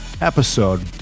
episode